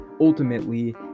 Ultimately